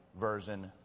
version